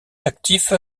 actif